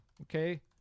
okay –